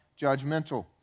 judgmental